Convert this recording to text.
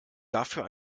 dafür